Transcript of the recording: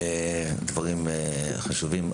דברים חשובים.